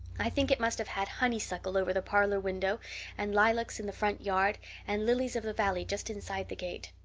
i think it must have had honeysuckle over the parlor window and lilacs in the front yard and lilies of the valley just inside the gate.